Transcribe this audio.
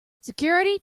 security